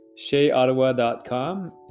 sheaottawa.com